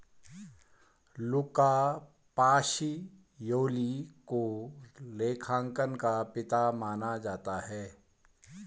लुका Pacioli को लेखांकन का पिता माना जाता है